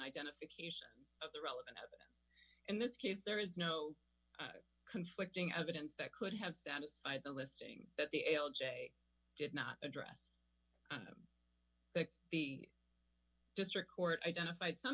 identification of the relevant in this case there is no conflicting evidence that could have satisfied the listing that the l j did not address the district court identified some